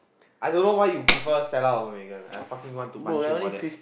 I don't know why you prefer Stella over Megan lah I fucking want to punch you for that